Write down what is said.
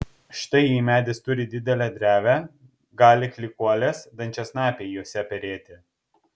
štai jei medis turi didelę drevę gali klykuolės dančiasnapiai jose perėti